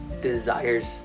desires